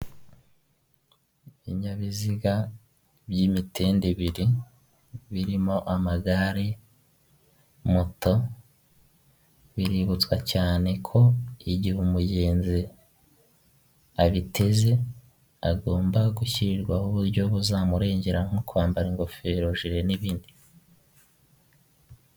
Nta muntu utagira inzozi zo kuba mu nzu nziza kandi yubatse neza iyo nzu iri mu mujyi wa kigali uyishaka ni igihumbi kimwe cy'idolari gusa wishyura buri kwezi maze nawe ukibera ahantu heza hatekanye.